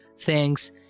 thanks